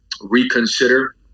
reconsider